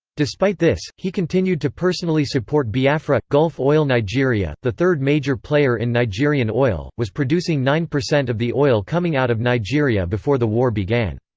despite this, he continued to personally support biafra gulf oil nigeria, the third major player in nigerian oil, was producing nine percent of the oil coming out of nigeria before the war began.